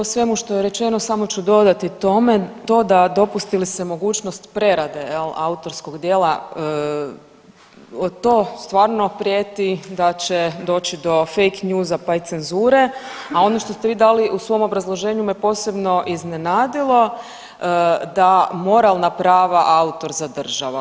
Evo svemu što je rečeno samo ću dodati tome to da dopusti li se mogućnost prerade jel autorskog djela, to stvarno prijeti da će doći do fakenewsa pa i cenzure, a ono što ste vi dali u svom obrazloženju me posebno iznenadilo, da moralna prava autor zadržava.